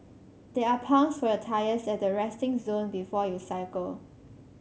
there are pumps for your tyres at the resting zone before you cycle